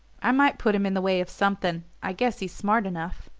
i might put him in the way of something i guess he's smart enough.